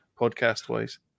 Podcast-wise